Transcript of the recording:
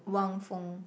Wang Feng